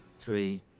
three